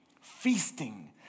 feasting